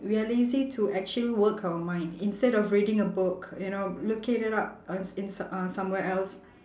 we are lazy to actually work our mind instead of reading a book you know looking it up on s~ in s~ uh somewhere else